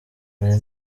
hari